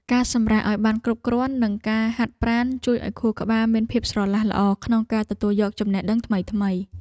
ការសម្រាកឱ្យបានគ្រប់គ្រាន់ និងការហាត់ប្រាណជួយឱ្យខួរក្បាលមានភាពស្រឡះល្អក្នុងការទទួលយកចំណេះដឹងថ្មីៗ។